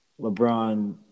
LeBron